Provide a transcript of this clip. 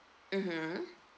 mmhmm